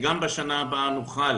שגם בשנה הבאה נוכל